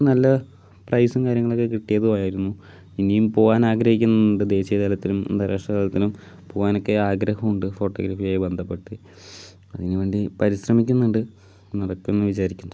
നല്ല പ്രൈസും കാര്യങ്ങളൊക്കെ കിട്ടിയതുമായിരുന്നു ഇനിയും പോകാൻ ആഗ്രഹിക്കുന്നുണ്ട് തിരിച്ച് ജില്ലാ തലത്തിലും അന്താരാഷ്ട്ര തലത്തിലും പോകാൻ ഒക്കെ ആഗ്രഹവും ഉണ്ട് ഫോട്ടോഗ്രാഫി ഒക്കെ ആയി ബന്ധപ്പെട്ട് അതിന് വേണ്ടി പരിശ്രമിക്കുന്നുണ്ട് നടക്കും എന്ന് വിചാരിക്കുന്നു